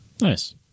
nice